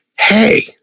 hey